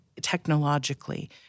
technologically